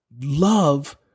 love